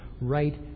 right